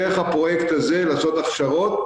דרך הפרויקט הזה לעשות הכשרות,